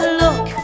look